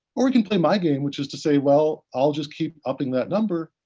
or we can play my game which is to say, well, i'll just keep upping that number,